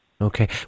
Okay